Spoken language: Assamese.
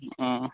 অঁ